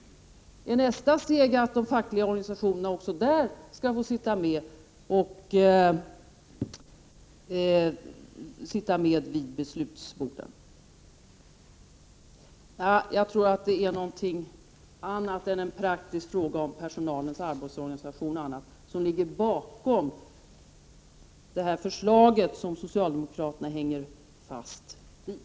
Är nästa steg att de fackliga organisationerna också där får sitta vid förhandlingsbordet? Nej, jag tror att det är någonting annat än en praktisk fråga om personalens arbetsorganisation som ligger bakom det förslag som socialdemokraterna nu hänger fast vid.